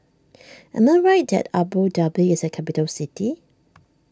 am I right that Abu Dhabi is a capital city